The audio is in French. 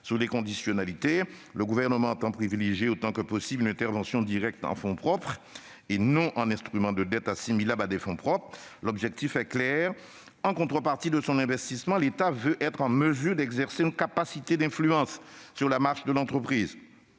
sur les conditionnalités. Le Gouvernement entend privilégier autant que possible une intervention directe en fonds propres et non en instruments de dette, assimilables à des fonds propres. L'objectif est clair : en contrepartie de son investissement, l'État veut être en mesure d'exercer une capacité d'influence sur la marche de l'entreprise.